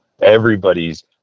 Everybody's